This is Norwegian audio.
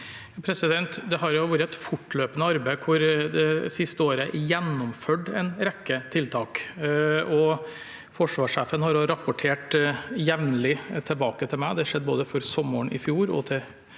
Det har vært et fortløpende arbeid, hvor det det siste året er gjennomført en rekke tiltak. Forsvarssjefen har også rapportert jevnlig tilbake til meg. Det skjedde både før sommeren i fjor og før